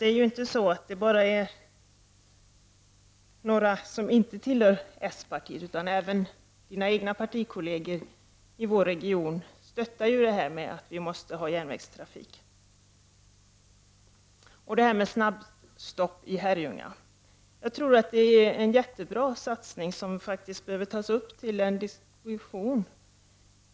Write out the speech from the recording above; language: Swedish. Det är alltså inte enbart några från de andra partierna som står bakom detta, utan även kommunikationsministerns egna partikolleger i vår region stöttar kraven på att regionen måste ha järnvägstrafik. Jag tror att förslaget om snabbstopp i Herrljunga innebär en mycket bra satsning som behöver tas upp till diskussion.